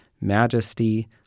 majesty